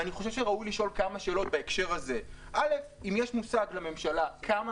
ואני חושב שראוי לשאול כמה שאלות בהקשר הזה: א' אם יש מושג לממשלה כמה